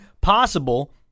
possible